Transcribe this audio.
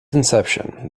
inception